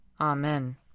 Amen